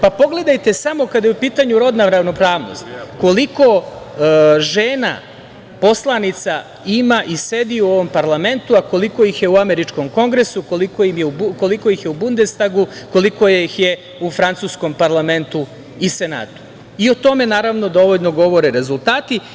Pogledajte samo kada je u pitanju rodna ravnopravnost koliko žena poslanica ima i sedi u ovom parlamentu, a koliko ih je u američkom kongresu, koliko ih je u Bundestagu, koliko ih je u francuskom parlamentu i senatu i o tome naravno dovoljno govore rezultati.